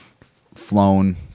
flown